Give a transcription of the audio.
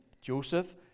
Joseph